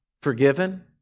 forgiven